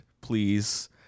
Please